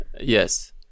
Yes